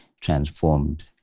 transformed